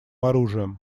оружием